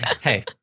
Hey